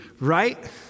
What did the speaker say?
right